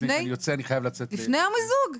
אני חייב לצאת --- לפני המיזוג?